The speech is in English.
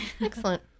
Excellent